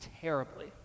terribly